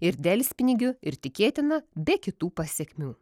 ir delspinigių ir tikėtina be kitų pasekmių